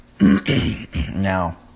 now